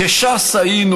כש"ס היינו,